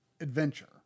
adventure